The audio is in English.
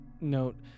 note